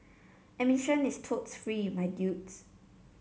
admission is totes free my dudes